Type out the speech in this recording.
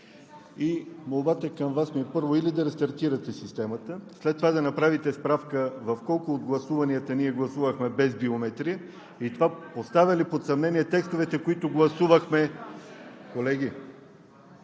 Молбата ми към Вас е или да рестартирате системата, след това да направите справка в колко от гласуванията ние гласувахме без биометрия и това поставя ли под съмнение текстовете, които гласувахме… (Шум и